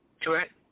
Correct